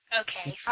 Okay